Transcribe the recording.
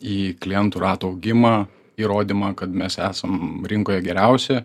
į klientų rato augimą į rodymą kad mes esam rinkoje geriausi